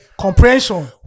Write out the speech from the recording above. comprehension